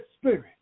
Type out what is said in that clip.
Spirit